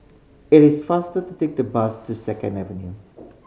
it is faster to take the bus to Second Avenue